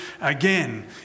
again